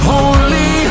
Holy